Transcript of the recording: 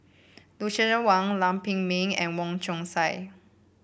Lucien Wang Lam Pin Min and Wong Chong Sai